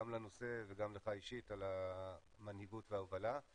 גם לנושא וגם לך אישית על המנהיגות וההובלה.